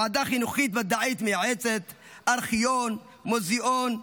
ועדה חינוכית-מדעית מייעצת, ארכיון ומוזיאון.